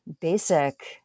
basic